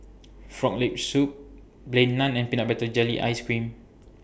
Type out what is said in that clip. Frog Leg Soup Plain Naan and Peanut Butter Jelly Ice Cream